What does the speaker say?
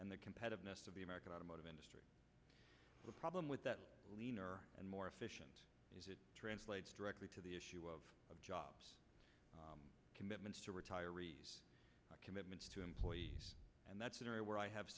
and the competitiveness of the american automotive industry the problem with that leaner and more efficient is it translates directly to the issue of job commitments to retirees commitments to employees and that's an area where i have